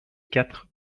quatre